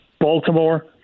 Baltimore